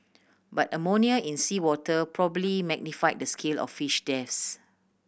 but ammonia in seawater probably magnify the scale of fish deaths